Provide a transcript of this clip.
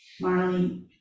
Marley